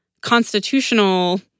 constitutional